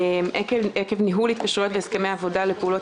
עקב ניהול התקשרויות בהסכמי עבודה לפעולות